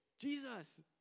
Jesus